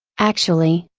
actually,